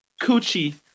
coochie